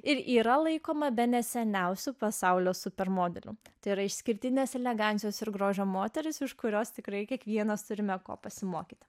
ir yra laikoma bene seniausiu pasaulio super modeliu tai yra išskirtinės elegancijos ir grožio moterys iš kurios tikrai kiekvienas turime ko pasimokyti